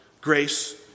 grace